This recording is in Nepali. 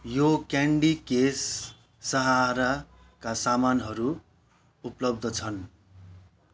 यो क्यान्डी केस साहाराका सामानहरू उपलब्ध छन्